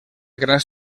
grans